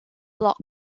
block